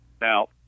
Now